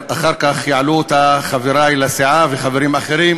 אחר כך יעלו אותה חברי לסיעה וחברים אחרים.